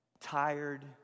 tired